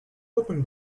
opened